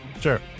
Sure